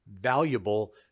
valuable